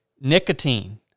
nicotine